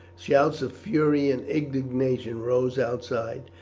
shouts of fury and indignation rose outside,